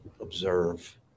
observe